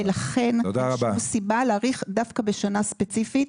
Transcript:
ולכן יש פה סיבה להאריך דווקא בשנה ספציפית